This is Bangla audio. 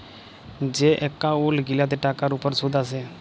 যে এক্কাউল্ট গিলাতে টাকার উপর সুদ আসে